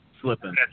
slipping